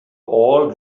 all